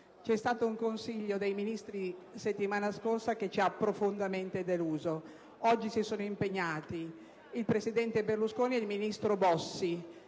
è tenuto un Consiglio dei ministri che ci ha profondamente deluso. Oggi si sono impegnati il presidente Berlusconi ed il ministro Bossi.